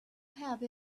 have